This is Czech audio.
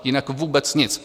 Jinak vůbec nic.